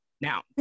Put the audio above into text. Now